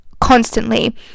constantly